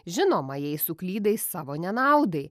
žinoma jei suklydai savo nenaudai